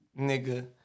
nigga